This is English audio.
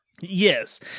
Yes